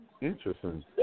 Interesting